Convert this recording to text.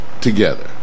together